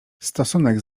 stosunek